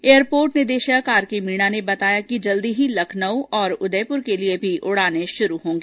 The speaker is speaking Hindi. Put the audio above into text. एयरपोर्ट निदेशक आरके मीणा ने बताया कि जल्द ही लखनऊ और उदयपुर के लिये भी उड़ाने में शुरू होगी